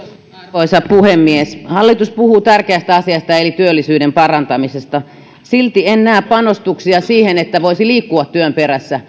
arvoisa puhemies hallitus puhuu tärkeästä asiasta eli työllisyyden parantamisesta silti en näe panostuksia siihen että voisi liikkua työn perässä